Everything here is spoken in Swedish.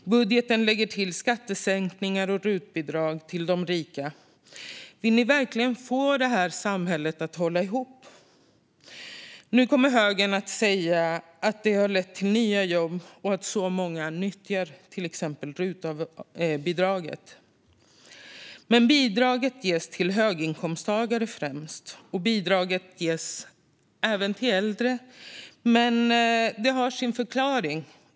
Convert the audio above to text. Budgeten lägger därtill skattesänkningar och RUT-bidrag till de rika. Vill ni verkligen få samhället att hålla ihop? Högern kommer att säga att det har lett till nya jobb och att så många nyttjar till exempel RUT-bidraget. Men bidraget ges främst till höginkomsttagare. Bidraget ges visserligen även till äldre, men det har sin förklaring.